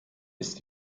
ist